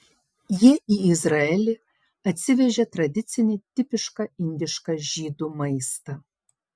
jie į izraelį atsivežė tradicinį tipišką indišką žydų maistą